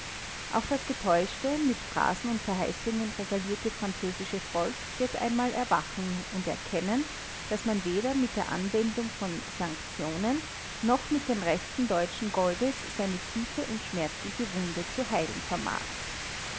auch das getäuschte mit phrasen und verheißungen regalierte französische volk wird einmal erwachen und erkennen daß man weder mit der anwendung von sanktionen noch mit den resten deutschen goldes seine tiefe und schmerzliche wunde zu heilen vermag